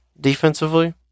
defensively